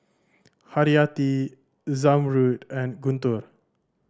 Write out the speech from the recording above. Haryati Zamrud and Guntur